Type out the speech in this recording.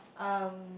um